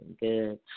good